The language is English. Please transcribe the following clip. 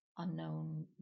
unknown